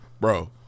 Bro